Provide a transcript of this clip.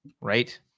right